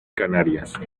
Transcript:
canarias